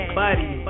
buddy